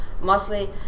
mostly